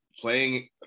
playing